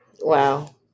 Wow